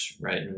right